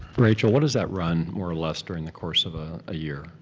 rachel, what does that run, more or less, during the course of a year,